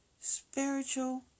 spiritual